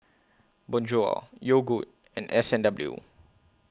Bonjour Yogood and S and W